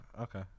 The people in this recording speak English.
okay